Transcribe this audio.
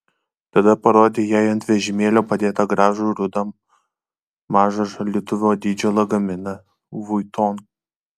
tada parodė jai ant vežimėlio padėtą gražų rudą mažo šaldytuvo dydžio lagaminą vuitton